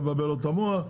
לבלבל לו את המוח.